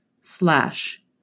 slash